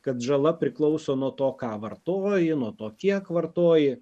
kad žala priklauso nuo to ką vartoji nuo to kiek vartoji